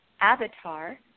Avatar